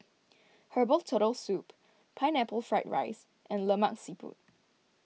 Herbal Turtle Soup Pineapple Fried Rice and Lemak Siput